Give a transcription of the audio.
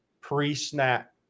pre-snap